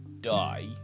die